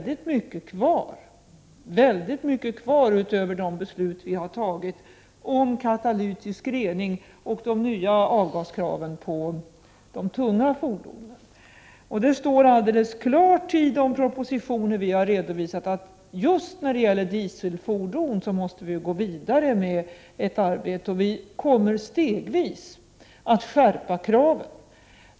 Det är väldigt mycket kvar utöver de beslut vi har tagit om katalytisk rening och de nya avgaskraven på de tunga fordonen. Det står alldeles klart i de propositioner vi har redovisat att just när det gäller dieselfordon måste vi gå vidare. Vi kommer stegvis att skärpa kraven.